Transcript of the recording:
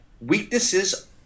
weaknesses